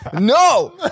No